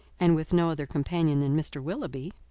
and with no other companion than mr. willoughby.